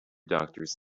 doctors